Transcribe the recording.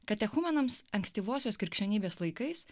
katechumenams ankstyvosios krikščionybės laikais